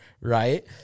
right